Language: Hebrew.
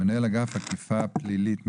מנהל אגף אכיפה פלילית,